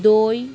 দই